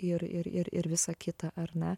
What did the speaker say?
ir ir ir ir visa kita ar ne